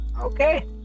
Okay